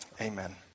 amen